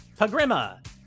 Pagrima